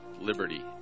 liberty